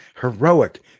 heroic